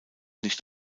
nicht